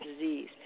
disease